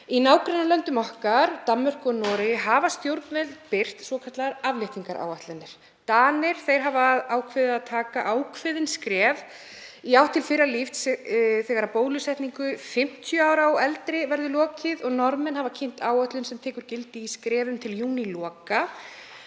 Í nágrannalöndum okkar, Danmörku og Noregi, hafa stjórnvöld birt svokallaðar afléttingaráætlanir. Danir hafa ákveðið að taka ákveðin skref í átt til fyrra lífs þegar bólusetningu 50 ára og eldri verður lokið, og Norðmenn hafa kynnt áætlun sem tekur gildi í skrefum til júníloka